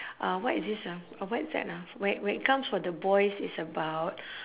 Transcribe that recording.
uh what is this ah or what is that ah where where it comes for the boys it's about